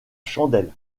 chandelle